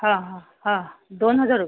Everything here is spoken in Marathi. हां हां हां दोन हजार रुपये